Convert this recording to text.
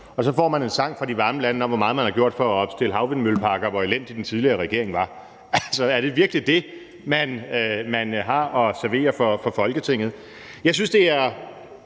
og så får man en sang fra de varme lande om, hvor meget man har gjort for at opstille havvindmølleparker, og hvor elendig den tidligere regering var. Altså, er det virkelig det, man har at servere for Folketinget? Jeg synes, det er